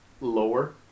lower